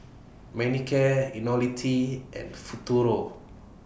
Manicare Ionil T and Futuro